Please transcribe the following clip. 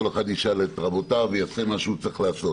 כל אחד ישאל את רבותיו ויעשה מה שהוא צריך לעשות